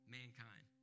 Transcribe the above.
mankind